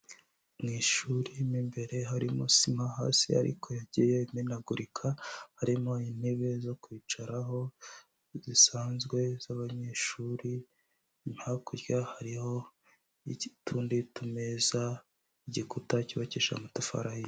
Mu ishuri mo imbere harimo sima hasi ariko yagiye imenagurika, harimo intebe zo kwicaraho zisanzwe z'abanyeshuri, hakurya hariho utundi tumeza, igikuta cyubakishije amatafari ahiye.